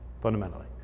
fundamentally